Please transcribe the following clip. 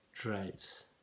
drives